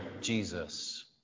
Jesus